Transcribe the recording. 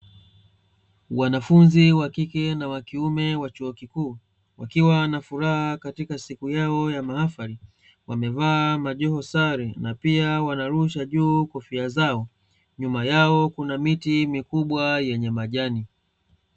Wanfunzi wa kike na wakiume wa chuo kikuu wakiwa na furaha katika siku yao ya mahafali, wamevaa majoho sare na pia wanarusha juu kofia zao. Nyuma yao kuna miti mikubwa yenye majani.